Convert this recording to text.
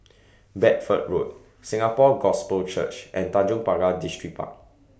Bedford Road Singapore Gospel Church and Tanjong Pagar Distripark